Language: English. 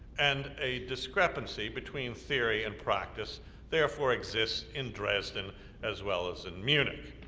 and a discrepancy between theory and practice therefore exists in dresden as well as in munich.